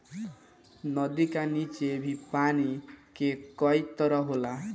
नदी का नीचे भी पानी के कई तह होला